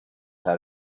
how